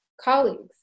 colleagues